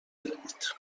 دارید